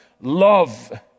love